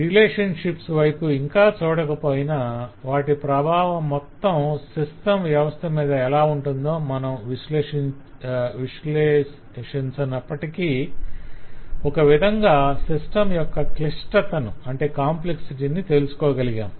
relationships వైపు ఇంకా చూడకపోయినా వాటి ప్రభావం మొత్తం సిస్టం వ్యవస్థ మీద ఎలా ఉంటుందో మనం విశ్లేషించనప్పటికీ ఒక విధంగా సిస్టం యొక్క క్లిష్టతను తెలుసుకోగలిగాం